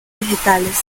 vegetales